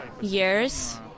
years